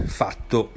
fatto